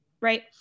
right